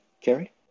Kerry